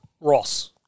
Ross